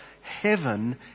heaven